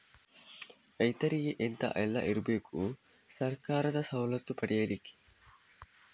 ರೈತರಿಗೆ ಎಂತ ಎಲ್ಲ ಇರ್ಬೇಕು ಸರ್ಕಾರದ ಸವಲತ್ತು ಪಡೆಯಲಿಕ್ಕೆ?